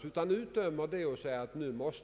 vi behöver ett starkare medel.